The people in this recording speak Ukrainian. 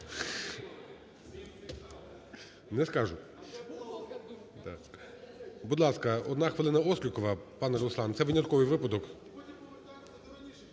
Не скажу. Будь ласка, одна хвилина Острікова. Пане Руслане, це винятковий випадок.